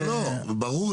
ידידי,